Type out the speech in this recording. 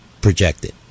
projected